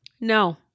No